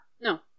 No